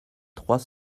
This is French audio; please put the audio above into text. trois